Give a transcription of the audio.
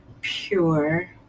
pure